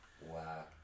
Wow